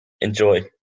Enjoy